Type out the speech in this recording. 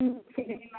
ம் சரி மேம்